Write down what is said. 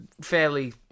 fairly